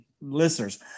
listeners